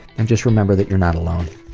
and just remember that you're not alone.